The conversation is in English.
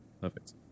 Perfect